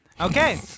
Okay